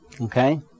Okay